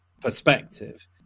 perspective